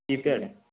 ଭିତରେ